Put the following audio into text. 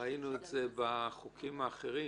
ראינו את זה בחוקים האחרים.